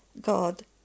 God